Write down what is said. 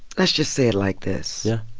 let's just say it like this yeah